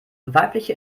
weibliche